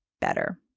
better